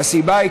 והסיבה היא,